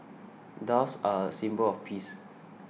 doves are a symbol of peace